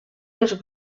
dels